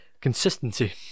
Consistency